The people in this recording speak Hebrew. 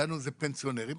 אלה פנסיונרים,